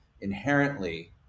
inherently